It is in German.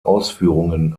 ausführungen